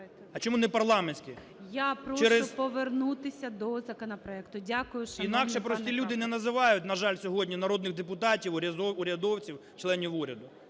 А чому непарламентські? ГОЛОВУЮЧИЙ. Я прошу повернутися до законопроекту. Дякую, шановний пане Каплін. КАПЛІН С.М. Інакше прості люди не називають, на жаль, сьогодні народних депутатів, урядовців, членів уряду.